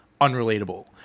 unrelatable